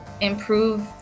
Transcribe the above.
improve